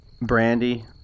Brandy